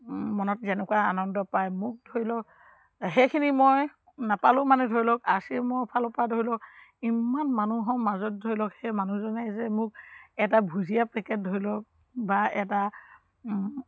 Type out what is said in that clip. মনত যেনেকুৱা আনন্দ পায় মোক ধৰি লওক সেইখিনি মই নাপালোঁ মানে ধৰি লওক আৰ চি এমৰ ফালৰপৰা ধৰি লওক ইমান মানুহৰ মাজত ধৰি লওক সেই মানুহজনে যে মোক এটা ভুজীয়া পেকেট ধৰি লওক বা এটা